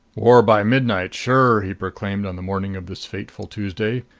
war by midnight, sure! he proclaimed on the morning of this fateful tuesday.